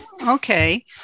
Okay